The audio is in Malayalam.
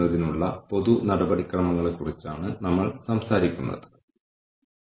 അതിനാൽ ഒരു പ്രത്യേക പ്രക്രിയയിൽ ഏർപ്പെട്ടിരിക്കുന്ന ആളുകൾ യഥാർത്ഥത്തിൽ സംതൃപ്തരാണോ അല്ലയോ എന്ന് നമ്മൾ കണ്ടെത്തുന്നു